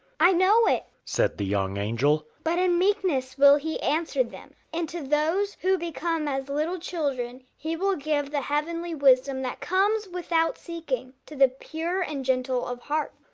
i know it, said the young angel, but in meekness will he answer them and to those who become as little children he will give the heavenly wisdom that comes, without seeking, to the pure and gentle of heart.